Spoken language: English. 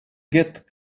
get